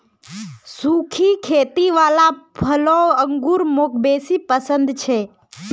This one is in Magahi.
सुखी खेती वाला फलों अंगूर मौक बेसी पसन्द छे